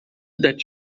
that